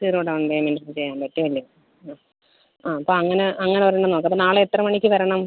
zero down payment ചെയ്യാൻ പറ്റും അല്ലെ ആ ആ അപ്പം അങ്ങനെ അങ്ങനെ ഒരെണ്ണം നോക്കാം അപ്പം നാളെ എത്ര മണിക്ക് വരണം